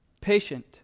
patient